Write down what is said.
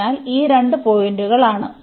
അതിനാൽ ഈ രണ്ട് പോയിന്റുകളാണ്